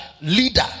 leader